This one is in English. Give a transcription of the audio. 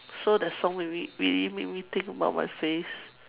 so the song really really make me think about my face